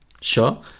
Sure